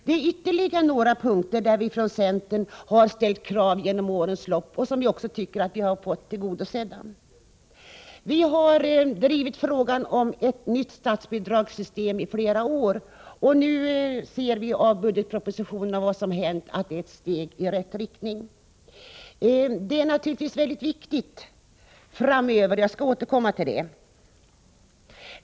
Det finns ytterligare några punkter där vi från centern genom årens lopp har ställt krav som vi tycker att vi har fått tillgodosedda. Vi har drivit frågan om ett nytt statsbidragssystem i flera år, och nu ser vi av budgetpropositionen och av vad som hänt att man har tagit ett steg i rätt riktning. Detta blir naturligtvis mycket viktigt framöver, och jag skall återkomma till det.